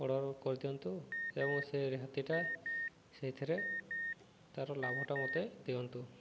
order କରିଦିଅନ୍ତୁ ଏବଂ ସେ ରିହାତିଟା ସେଇଥିରେ ତାର ଲାଭଟା ମୋତେ ଦିଅନ୍ତୁ